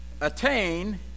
attain